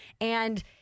And-